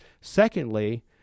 secondly